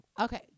okay